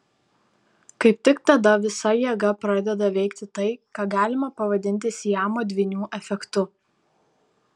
kaip tik tada visa jėga pradeda veikti tai ką galima pavadinti siamo dvynių efektu